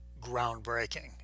groundbreaking